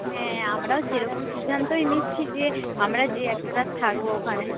হ্যাঁ আমরাও সেরকম সিদ্ধান্তই নিচ্ছি যে আমরা যেয়ে একটা রাত থাকবো ওখানে